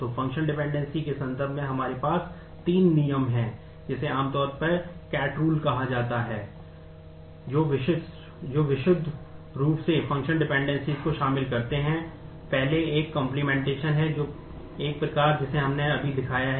तो functional dependency है